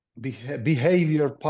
behavior